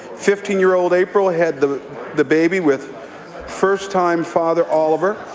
fifteen-year-old april had the the baby with first-time father oliver,